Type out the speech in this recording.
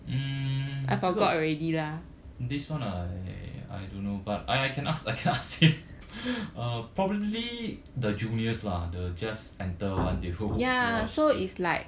mm 这个 this [one] I don't know but I I can ask I can ask him uh probably the juniors lah the just enter [one] they will wash